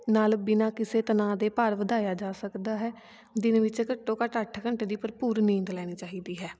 ਨਾਲ ਬਿਨਾਂ ਕਿਸੇ ਤਣਾਅ ਦੇ ਭਾਰ ਵਧਾਇਆ ਜਾ ਸਕਦਾ ਹੈ ਦਿਨ ਵਿੱਚ ਘੱਟੋ ਘੱਟ ਅੱਠ ਘੰਟੇ ਦੀ ਭਰਪੂਰ ਨੀਂਦ ਲੈਣੀ ਚਾਹੀਦੀ ਹੈ